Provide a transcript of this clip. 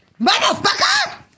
Motherfucker